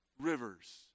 rivers